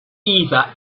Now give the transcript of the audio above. either